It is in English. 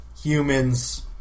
humans